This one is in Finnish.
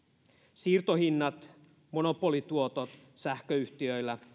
siirtohinnat ja monopolituotot sähköyhtiöillä